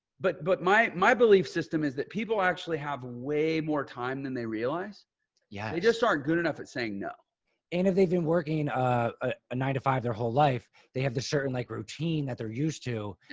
but but my my belief system is that people actually have way more time than they realize yeah they just aren't good enough at saying no. sean lowery and if they've been working a nine to five, their whole life, they have the certain like routine that they're used to,